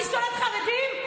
אני שונאת חרדים?